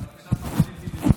רביעיות?